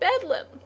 Bedlam